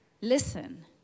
Listen